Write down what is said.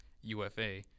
UFA